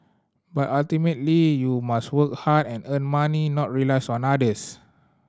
but ultimately you must work hard and earn money not rely on others